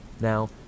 Now